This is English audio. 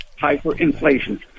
hyperinflation